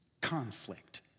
conflict